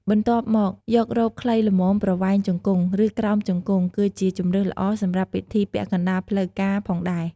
បន្ទាប់មកយករ៉ូបខ្លីល្មមប្រវែងជង្គង់ ឬក្រោមជង្គង់ គឺជាជម្រើសល្អសម្រាប់ពិធីពាក់កណ្តាលផ្លូវការផងដែរ។